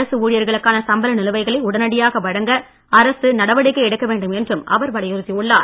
அரசு ஊழியர்களுக்கான சம்பள நிலுவைகளை உடனடியாக வழங்க அரசு நடவடிக்கை எடுக்க வேண்டும் என்றும் அவர் வலியுறுத்தியுள்ளார்